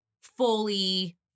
fully